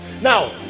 Now